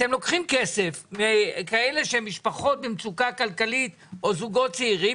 אתם לוקחים כסף מכאלה שהם משפחות במצוקה כלכלית או זוגות צעירים,